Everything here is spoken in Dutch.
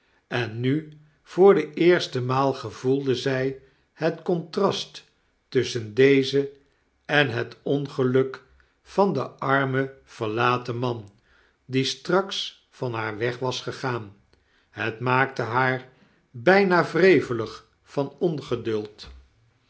en nu voor de eerste maal gevoelde zy het contrast tusschen deze en het ongeluk van den armen verlaten man die straks van haar was weggeeraan het maakte haar byna wrevelig van ongeduld